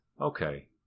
Okay